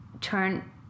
turn